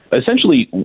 Essentially